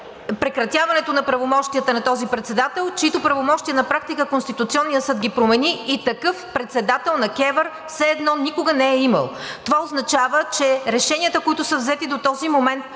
прекратяването на правомощията на този председател, чийто правомощия на практика Конституционният съд ги промени и такъв председател на КЕВР все едно никога не е имала. Това означава, че решенията, които са взети до този момент,